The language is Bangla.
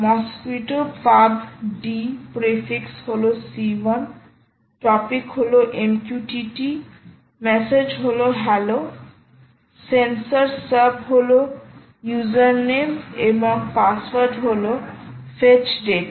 মসকুইটো পাব ডি প্রেফিক্স হল C1 টপিক হল MQTT মেসেজ হলো hello sensor sub sensor sub হল ইউজারনেম এবং পাসওয়ার্ড হল ফেচডাটা